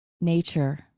nature